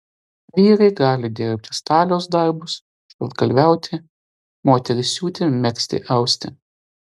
vyrai gali dirbti staliaus darbus šaltkalviauti moterys siūti megzti austi